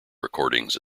recordings